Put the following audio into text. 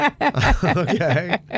Okay